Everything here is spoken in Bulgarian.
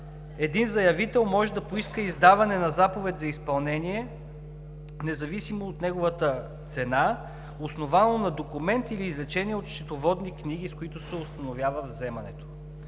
един заявител може да поиска издаване на заповед за изпълнение, независимо от неговата цена, основано на документ или извлечение от счетоводни книги, с които се установява вземането.